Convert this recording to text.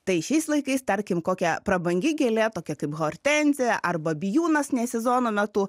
tai šiais laikais tarkim kokia prabangi gėlė tokia kaip hortenzija arba bijūnas ne sezono metu